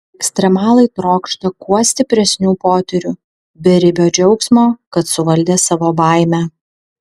ekstremalai trokšta kuo stipresnių potyrių beribio džiaugsmo kad suvaldė savo baimę